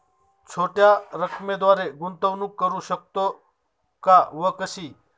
छोट्या रकमेद्वारे गुंतवणूक करू शकतो का व कशी?